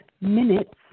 minutes